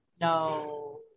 No